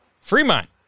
Fremont